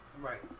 Right